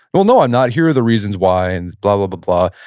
well, no, i'm not. here are the reasons why, and blah, blah, blah, blah.